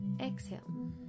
exhale